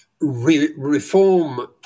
reform